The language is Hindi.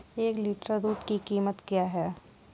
एक लीटर दूध की कीमत क्या है?